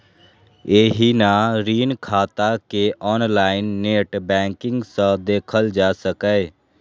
एहिना ऋण खाता कें ऑनलाइन नेट बैंकिंग सं देखल जा सकैए